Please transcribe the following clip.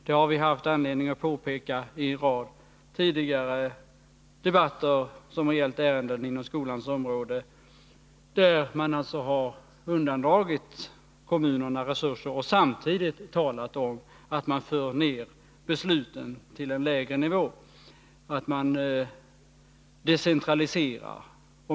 Det har vi haft anledning att påpeka i en rad tidigare debatter rörande ärenden inom skolans område, där riksdagen alltså har undandragit kommunerna resurser och samtidigt talat om att man för ned besluten till en lägre nivå, att man decentraliserar.